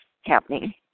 happening